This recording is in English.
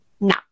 No